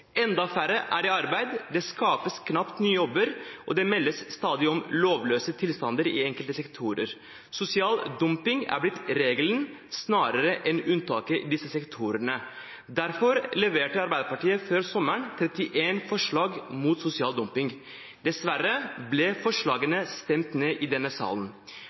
Enda færre er i arbeid, det skapes knapt nye jobber, og det meldes stadig om lovløse tilstander i enkelte sektorer. Sosial dumping er blitt regelen snarere enn unntaket i disse sektorene. Derfor leverte Arbeiderpartiet før sommeren 31 forslag mot sosial dumping. Dessverre ble forslagene stemt ned i denne salen.